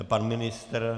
Pan ministr?